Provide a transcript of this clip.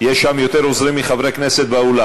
יש יותר עוזרים מחברי כנסת באולם.